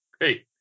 Great